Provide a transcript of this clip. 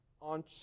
on